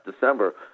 December